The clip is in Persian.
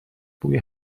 بوی